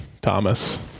Thomas